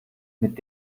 mit